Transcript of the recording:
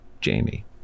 Jamie